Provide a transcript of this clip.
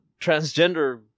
transgender